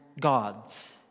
gods